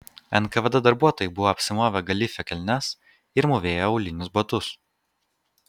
nkvd darbuotojai buvo apsimovę galifė kelnes ir mūvėjo aulinius batus